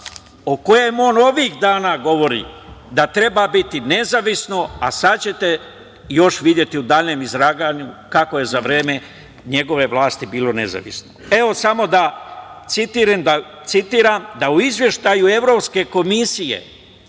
o kojem on ovih dana govori da treba biti nezavisno, a sada ćete videti u daljem izlaganju kako je za vreme njegove vlasti bilo nezavisno. Samo da citiram, u izveštaju Evropske komisije